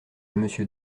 monsieur